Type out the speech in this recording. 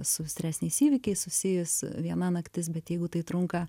su stresiniais įvykiais susijus viena naktis bet jeigu tai trunka